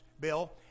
Bill